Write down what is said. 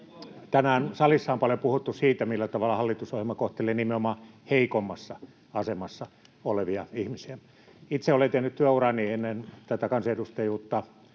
Tänään salissa on paljon puhuttu siitä, millä tavalla hallitusohjelma kohtelee nimenomaan heikoimmassa asemassa olevia ihmisiä. Itse olen tehnyt työurani ennen tätä kansanedustajuutta